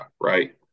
right